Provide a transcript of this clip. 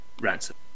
ransom